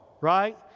right